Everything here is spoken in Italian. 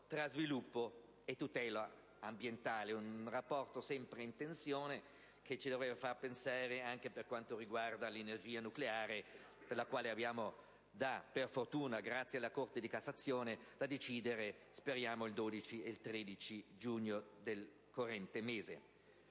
tra sviluppo e tutela ambientale. Un rapporto sempre in tensione che ci dovrebbe far riflettere, anche per quanto riguarda l'energia nucleare, e sul quale dobbiamo, per fortuna, grazie alla Corte di Cassazione, decidere il 12 e il 13 giugno. Come